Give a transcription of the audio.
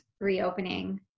reopening